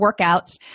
workouts